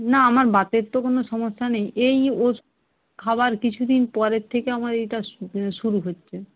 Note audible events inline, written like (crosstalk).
না আমার বাতের তো কোনো সমস্যা নেই এই (unintelligible) খাবার কিছু দিন পরের থেকে আমার এটা শুরু হচ্ছে